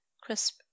crisp